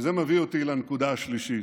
וזה מביא אותי לנקודה השלישית.